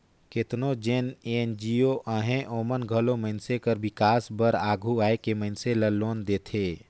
केतनो जेन एन.जी.ओ अहें ओमन घलो मइनसे कर बिकास बर आघु आए के मइनसे ल लोन देथे